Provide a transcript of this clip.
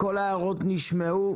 כל ההערות נשמעו.